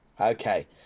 Okay